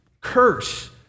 curse